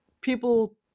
people